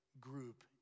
group